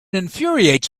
infuriates